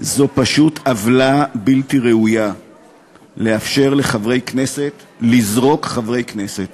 זו פשוט עוולה בלתי ראויה לאפשר לחברי כנסת לזרוק חברי כנסת